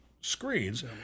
screens